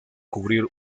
cubrir